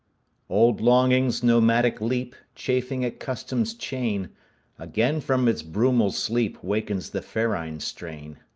old longings nomadic leap, chafing at custom's chain again from its brumal sleep wakens the ferine strain.